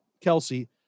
Kelsey